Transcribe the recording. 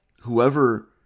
whoever